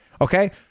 okay